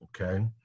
okay